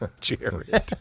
Jared